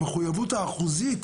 המחויבות האחוזית,